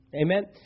Amen